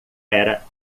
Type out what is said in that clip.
era